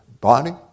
body